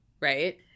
right